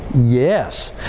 Yes